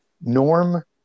Norm